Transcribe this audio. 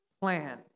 plan